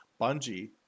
Bungie